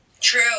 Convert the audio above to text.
True